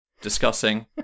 discussing